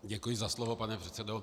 Děkuji za slovo, pane předsedo.